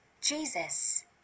Jesus